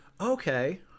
Okay